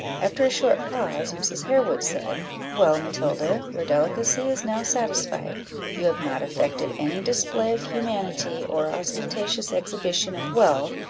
after a short pause, mrs. harewood said well, matilda, your delicacy is now satisfied you have not affected any display of humanity, or ostentatious exhibition of wealth,